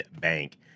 Bank